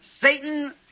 Satan